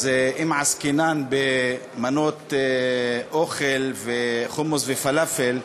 אז אם עסקינן במנות אוכל וחומוס ופלאפל,